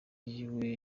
yiwe